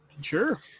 Sure